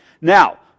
Now